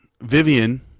Vivian